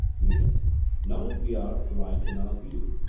meno not if we are right in our view.